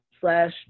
slash